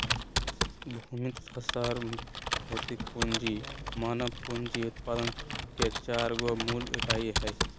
भूमि तथा श्रम भौतिक पूँजी मानव पूँजी उत्पादन के चार गो मूल इकाई हइ